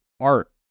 art